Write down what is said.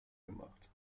gemacht